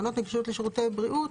"תקנות נגישות לשירותי בריאות"